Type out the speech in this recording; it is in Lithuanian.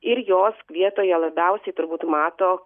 ir jos vietoje labiausiai turbūt mato